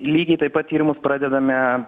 lygiai taip pat tyrimus pradedame